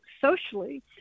socially